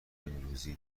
امروزی